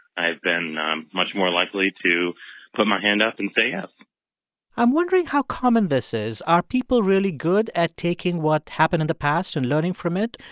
i've been much more likely to put my hand up and say yes i'm wondering how common this is. are people really good at taking what happened in the past and learning from it?